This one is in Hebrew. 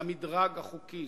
המדרג החוקי.